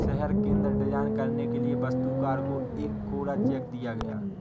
शहर केंद्र डिजाइन करने के लिए वास्तुकार को एक कोरा चेक दिया गया